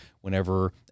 whenever